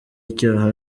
icyaha